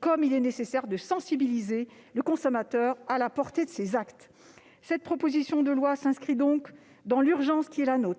comme il est nécessaire de sensibiliser le consommateur à la portée de ses actes. Cette proposition de loi répond donc à une urgence qui nous impose